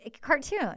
cartoon